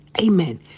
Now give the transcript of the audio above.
Amen